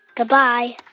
goodbye